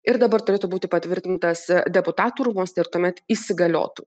ir dabar turėtų būti patvirtintas deputatų rūmuose ir tuomet įsigaliotų